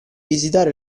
visitare